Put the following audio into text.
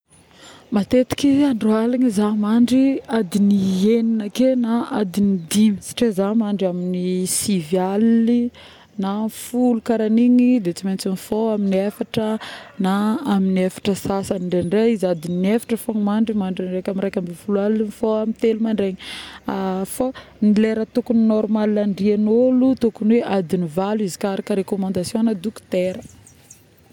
Matetika andro aligny za mandry adigny enigna ake na adigny dimy satria za mandry aminy sivy aly na amin'ny folo karagniny de tsy maintsy mifoha amin'efatra na amin'efatra sasany indraindray za adigny efatra mandry, mandry amin'ny iraikambifôlo aligny mifôha amin'telo mandraigny ˂hesitation˃ fô ny lera tokony normaly handriagn'olo tôkony adigny valo araka ny recommandation na dokotera